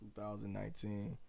2019